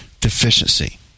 deficiency